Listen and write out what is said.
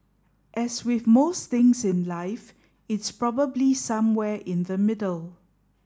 as with most things in life it's probably somewhere in the middle